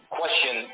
question